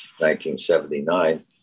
1979